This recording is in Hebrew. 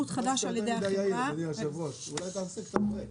אדוני היושב-ראש, אולי תשים קצת ברקס.